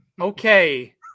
Okay